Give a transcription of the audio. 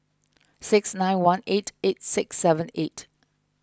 six nine one eight eight six seven eight